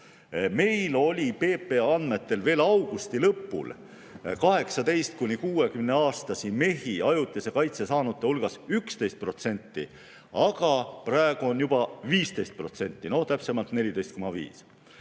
Meil oli PPA andmetel veel augusti lõpul 18–60‑aastasi mehi ajutise kaitse saanute hulgas 11%, aga praegu on juba ligi 15%, no täpsemalt 14,5%.